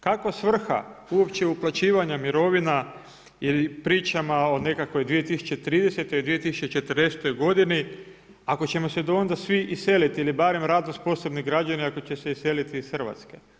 Kakva je svrha uopće uplaćivanja mirovina ili pričama o nekakvoj 2030. i 2040. godini ako ćemo se svi do onda iseliti ili barem radno sposobni građani ako će se iseliti iz Hrvatske.